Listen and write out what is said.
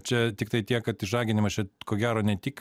čia tiktai tiek kad išžaginimas čia ko gero ne tik